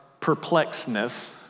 perplexness